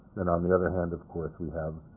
then on the other hand, of course, we have